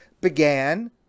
began